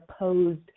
opposed